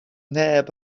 neb